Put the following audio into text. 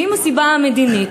ואם הסיבה היא המדינית,